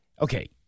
Okay